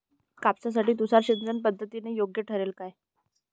कापसासाठी तुषार सिंचनपद्धती योग्य ठरेल का?